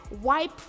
wipe